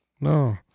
No